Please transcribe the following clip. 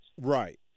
Right